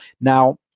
Now